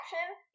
action